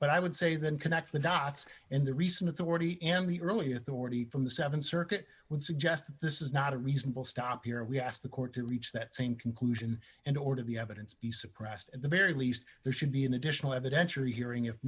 but i would say then connect the dots and the recent authority and the early authority from the th circuit would suggest this is not a reasonable stop here and we ask the court to reach that same conclusion and order the evidence be suppressed at the very least there should be an additional evidentiary hearing if